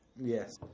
Yes